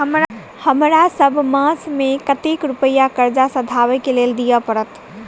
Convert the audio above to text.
हमरा सब मास मे कतेक रुपया कर्जा सधाबई केँ लेल दइ पड़त?